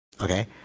okay